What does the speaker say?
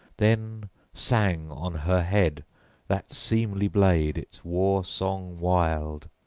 then sang on her head that seemly blade its war-song wild.